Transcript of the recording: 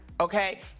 okay